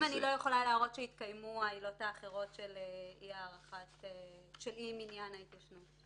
אם אני לא יכולה להראות שהתקיימו העילות האחרות של אי מניין ההתיישנות.